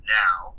now